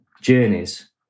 journeys